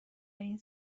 این